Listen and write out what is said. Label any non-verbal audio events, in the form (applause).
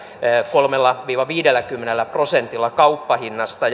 kolmella viiva viidelläkymmenellä prosentilla kauppahinnasta (unintelligible)